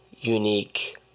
unique